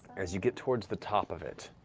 as you get towards the top of it,